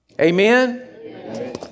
Amen